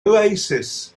oasis